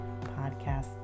podcast